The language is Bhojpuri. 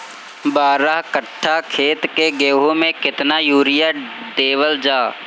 बारह कट्ठा खेत के गेहूं में केतना यूरिया देवल जा?